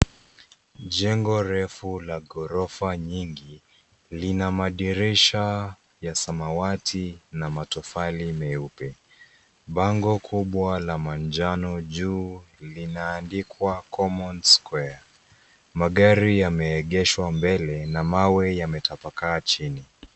Jengo refu la ghorofa nyingi lina madirisha ya samawati na matofali meupe. Bango kubwa la manjano juu linaandikwa common square . Magari yameegeshwa mbela na mawe yameegeshwa chini.